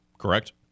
correct